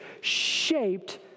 shaped